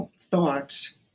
thoughts